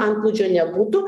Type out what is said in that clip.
antplūdžio nebūtų